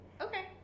Okay